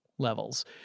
levels